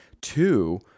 Two